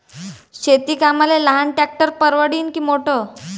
शेती कामाले लहान ट्रॅक्टर परवडीनं की मोठं?